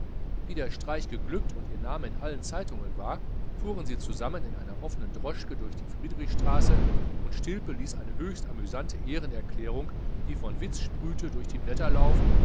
wie der streich geglückt und ihr name in allen zeitungen war fuhren sie zusammen in einer offenen droschke durch die friedrichstraße und stilpe ließ eine höchst amüsante ehrenerklärung die von witz sprühte durch die blätter laufen